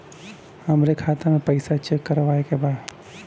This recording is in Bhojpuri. हमरे खाता मे पैसा चेक करवावे के बा?